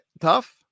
tough